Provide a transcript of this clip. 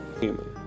Human